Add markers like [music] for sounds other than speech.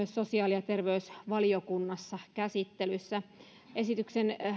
[unintelligible] sosiaali ja terveysvaliokunnassa käsittelyssä